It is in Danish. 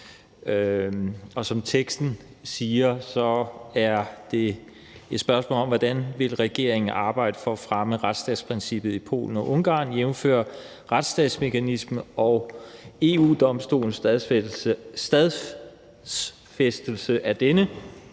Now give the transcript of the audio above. og som teksten siger, er det et spørgsmål om, hvordan regeringen vil arbejde for at fremme retsstatsprincippet i Polen og Ungarn, jævnfør retsstatsmekanismen og EU-Domstolens stadfæstelse af denne,